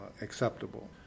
acceptable